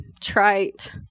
trite